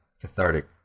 cathartic